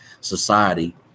society